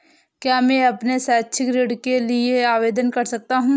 क्या मैं अपने शैक्षिक ऋण के लिए आवेदन कर सकता हूँ?